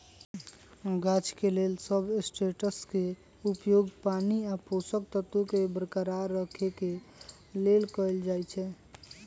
गाछ के लेल सबस्ट्रेट्सके उपयोग पानी आ पोषक तत्वोंके बरकरार रखेके लेल कएल जाइ छइ